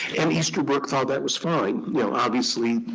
and easterbrook thought that was fine. obviously,